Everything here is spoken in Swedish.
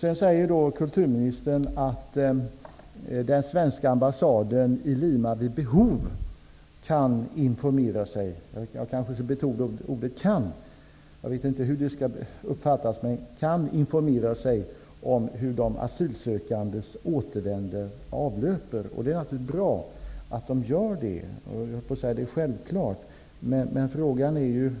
Sedan sade kulturministern att den svenska ambassaden i Lima vid behov kan informera sig om hur de asylsökandes återkomst avlöper. Det är naturligtvis bra att man gör det -- det är självklart -- men frågan är